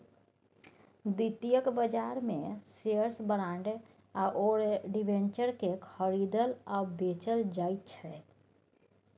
द्वितीयक बाजारमे shares bond आओर डिबेंचरकेँ खरीदल आओर बेचल जाइत छै